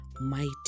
mighty